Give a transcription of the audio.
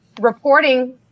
reporting